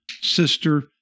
sister